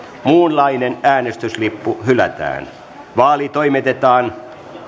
muunlainen äänestyslippu hylätään vaali toimitetaan